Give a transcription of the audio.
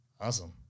Awesome